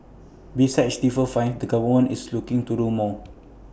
besides stiffer fines the government is looking to do more